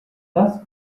dusk